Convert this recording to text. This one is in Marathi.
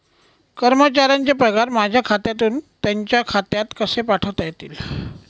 कर्मचाऱ्यांचे पगार माझ्या खात्यातून त्यांच्या खात्यात कसे पाठवता येतील?